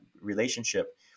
relationship